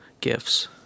gifts